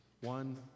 One